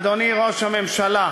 אדוני ראש הממשלה,